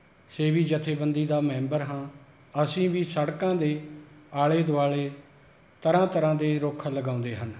ਸੇਵੀ ਜੱਥੇਬੰਦੀ ਦਾ ਮੈਂਬਰ ਹਾਂ ਅਸੀਂ ਵੀ ਸੜਕਾਂ ਦੇ ਆਲ਼ੇ ਦੁਆਲੇ ਤਰ੍ਹਾਂ ਤਰ੍ਹਾਂ ਦੇ ਰੁੱਖ ਲਗਾਉਂਦੇ ਹਨ